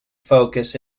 focus